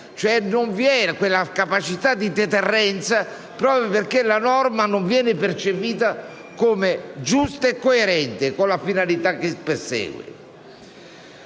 cioè non vi è quella capacità di deterrenza, proprio perché la norma non viene percepita come giusta e coerente con la finalità che persegue).